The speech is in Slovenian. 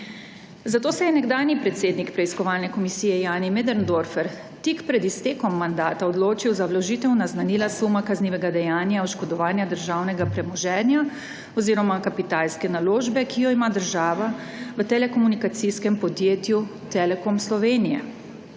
Zato se je nekdanji predsednik preiskovalne komisije Jani Möderndorfer tik pred iztekom mandata odločil za vložitev naznanila suma kaznivega dejanja oškodovanja državnega premoženja oziroma kapitalske naložbe, ki jo ima država v telekomunikacijskem podjetju Telekom Slovenije.